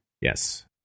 Yes